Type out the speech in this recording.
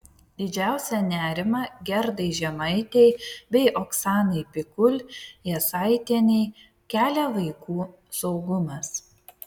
didžiausią nerimą gerdai žemaitei bei oksanai pikul jasaitienei kelia vaikų saugumas